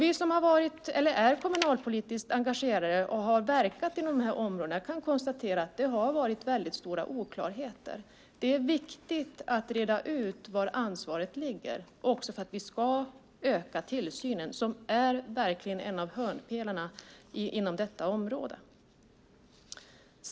Vi som har varit eller är kommunalpolitiskt engagerade och har verkat inom dessa områden kan konstatera att det har varit stora oklarheter. Det är viktigt att reda ut var ansvaret ligger också för att vi ska öka tillsynen, som verkligen är en av hörnpelarna inom området.